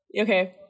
Okay